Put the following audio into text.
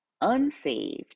unsaved